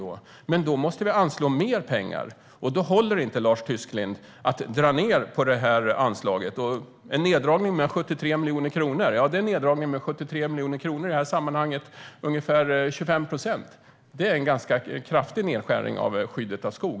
I så fall måste vi anslå mer pengar, och då håller det inte att dra ned på anslaget, Lars Tysklind. En neddragning med 73 miljoner kronor är en neddragning med ungefär 25 procent. Jag skulle säga att det är en ganska kraftig nedskärning av skyddet av skog.